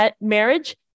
marriage